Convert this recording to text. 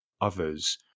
others